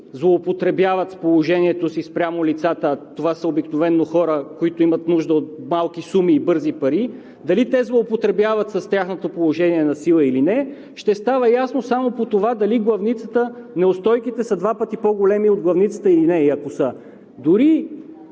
злоупотребяват с положението си спрямо лицата, а това са обикновено хора, които имат нужда от малки суми и бързи пари, дали те злоупотребяват с тяхното положение насила или не, ще става ясно само по това дали неустойките са два пъти по големи от главницата или не. И ако са дори